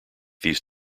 these